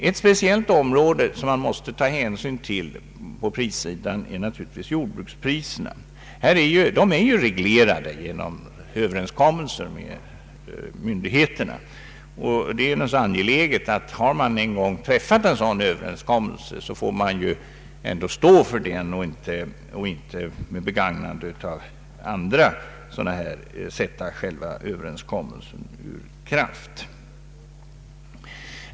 Ett speciellt område på prissidan som man måste ta hänsyn till är jordbrukspriserna. De är reglerade genom överenskommelse med myndigheterna. Det är naturligtvis angeläget att man efter att ha träffat en överenskommelse också står för den och inte begagnar sig av andra medel att sätta den ur kraft.